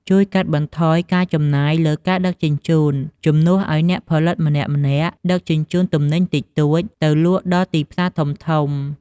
ជួយកាត់បន្ថយការចំណាយលើការដឹកជញ្ជូន ជំនួសឱ្យអ្នកផលិតម្នាក់ៗដឹកជញ្ជូនទំនិញតិចតួចទៅលក់ដល់ទីផ្សារធំៗ។